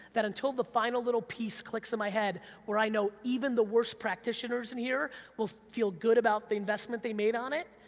that until the final little piece clicks in my head where i know even the worst practitioners in here will feel good about the investment they made on it,